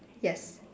yes